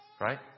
Right